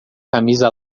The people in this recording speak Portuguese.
camisa